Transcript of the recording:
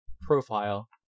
profile